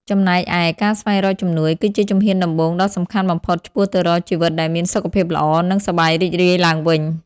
ចំណែកឯ ការស្វែងរកជំនួយ គឺជាជំហានដំបូងដ៏សំខាន់បំផុតឆ្ពោះទៅរកជីវិតដែលមានសុខភាពល្អ និងសប្បាយរីករាយឡើងវិញ។